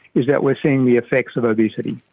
is that we are seeing the effects of obesity.